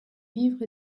vivres